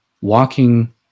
walking